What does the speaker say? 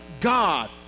God